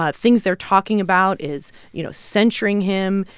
ah things they're talking about is, you know, censuring him.